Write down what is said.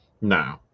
No